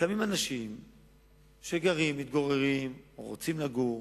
קמים אנשים שגרים, מתגוררים או רוצים לגור